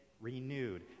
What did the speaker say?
renewed